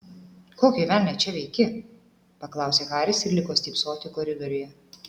kokį velnią čia veiki paklausė haris ir liko stypsoti koridoriuje